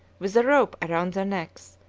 with a rope round their necks,